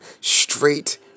straight